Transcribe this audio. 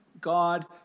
God